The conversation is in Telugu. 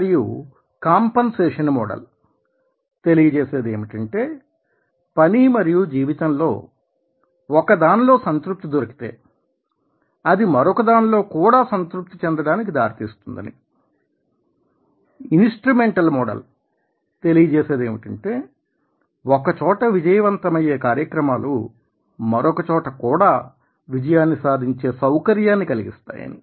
మరియు కాంపెన్సేషన్ మోడల్ తెలియజేసేది ఏమిటంటే పని మరియు జీవితంలో ఒక దానిలో సంతృప్తి దొరికితే అది మరొక దానిలో కూడా సంతృప్తి చెందడానికి దారితీస్తుందని ఇన్స్ట్రుమెంటల్ మోడల్ తెలియజేసేది ఏమిటంటే ఒక చోట విజయవంతమయ్యే కార్యక్రమాలు మరొక చోట కూడా విజయాన్ని సాధించే సౌకర్యాన్ని కలిగిస్తాయని